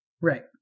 Right